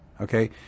okay